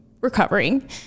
recovering